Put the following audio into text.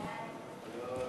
הודעת הממשלה על